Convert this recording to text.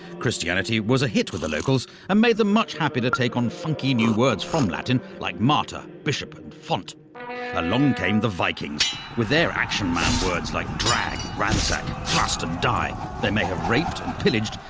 christianity was a hit with the locals and made them much happy to take on funky new words from latin like martyr bishop and font along came the vikings with their action-man words like drag ransack fast and die. they may have raped and pillaged,